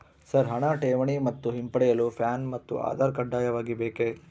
Sir ಹಣ ಠೇವಣಿ ಮತ್ತು ಹಿಂಪಡೆಯಲು ಪ್ಯಾನ್ ಮತ್ತು ಆಧಾರ್ ಕಡ್ಡಾಯವಾಗಿ ಬೇಕೆ?